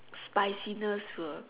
spiciness will